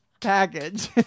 package